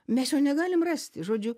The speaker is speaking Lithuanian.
mes jo negalim rasti žodžiu